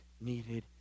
needed